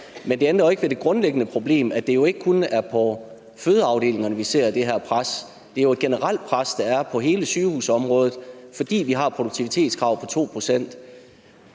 Men det ændrer jo ikke ved det grundlæggende problem, nemlig at det ikke kun er på fødeafdelingerne, vi ser det her pres. Det er jo et generelt pres, der er på hele sygehusområdet, fordi vi har et produktivitetskrav på 2